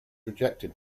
rejected